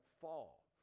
fall